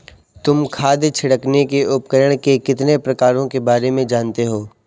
तुम खाद छिड़कने के उपकरण के कितने प्रकारों के बारे में जानते हो?